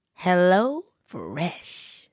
HelloFresh